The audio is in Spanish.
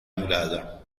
muralla